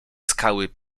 skały